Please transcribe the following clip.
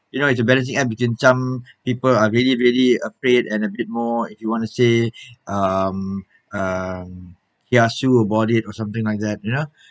you know it's a balancing act between some people are really really afraid and a bit more if you want to say um um kiasu about it or something like that you know